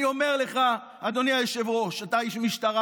אני אומר לך, אדוני היושב-ראש, אתה איש משטרה.